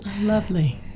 Lovely